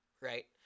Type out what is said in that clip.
right